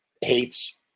hates